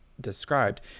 described